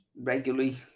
regularly